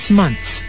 months